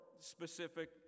specific